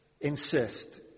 insist